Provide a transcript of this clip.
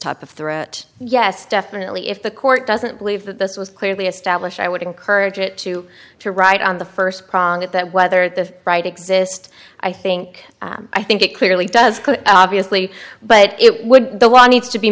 type of threat yes definitely if the court doesn't believe that this was clearly established i would encourage it to to right on the first prong at that whether the right exist i think i think it clearly does obviously but it would the why needs to be